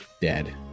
dead